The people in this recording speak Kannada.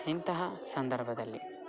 ಇಂತಹ ಸಂದರ್ಭದಲ್ಲಿ